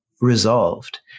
resolved